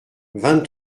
vingt